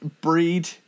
Breed